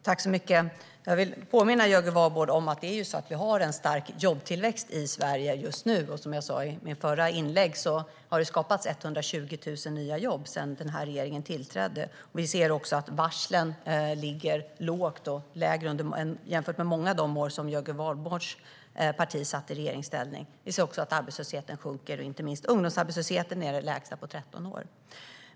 Herr talman! Jag vill påminna Jörgen Warborn om att vi har stark jobbtillväxt i Sverige just nu. Som jag sa i mitt förra inlägg har det skapats 120 000 nya jobb sedan den här regeringen tillträdde. Vi ser också att varslen ligger lågt - lägre än under många av de år då Jörgen Warborns parti satt i regeringsställning. Vi ser också att arbetslösheten sjunker, inte minst ungdomsarbetslösheten, som är den lägsta på 13 år.